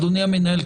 אדוני המנהל,